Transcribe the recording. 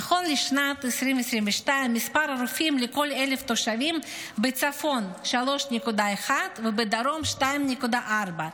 נכון לשנת 2022 מספר הרופאים לכל 1,000 תושבים: בצפון 3.1 ובדרום 2.4,